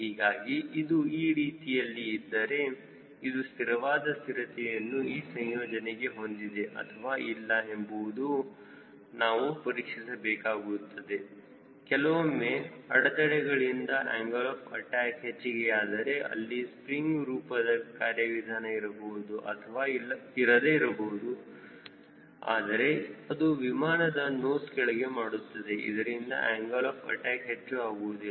ಹೀಗಾಗಿ ಅದು ಈ ರೀತಿ ಇದ್ದರೆ ಇದು ಸ್ಥಿರವಾದ ಸ್ಥಿರತೆಯನ್ನು ಈ ಸಂಯೋಜನೆಗೆ ಹೊಂದಿದೆ ಅಥವಾ ಇಲ್ಲ ಎಂಬುದನ್ನು ನಾವು ಪರೀಕ್ಷಿಸಬೇಕಾಗುತ್ತದೆ ಕೆಲವೊಂದು ಅಡೆತಡೆಗಳಿಂದ ಆಂಗಲ್ ಆಫ್ ಅಟ್ಯಾಕ್ ಹೆಚ್ಚಿಗೆ ಯಾದರೆ ಅಲ್ಲಿ ಸ್ಪ್ರಿಂಗ್ ರೂಪದ ಕಾರ್ಯವಿಧಾನ ಇರಬಹುದು ಅಥವಾ ಇರದಿರಬಹುದು ಆದರೆ ಅದು ವಿಮಾನದ ನೋಸ್ ಕೆಳಗೆ ಮಾಡುತ್ತದೆ ಇದರಿಂದ ಆಂಗಲ್ ಆಫ್ ಅಟ್ಯಾಕ್ ಹೆಚ್ಚು ಆಗುವುದಿಲ್ಲ